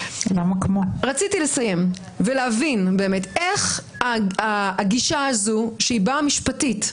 רציתי לסיים ולהבין איך הגישה הזאת שהיא באה משפטית,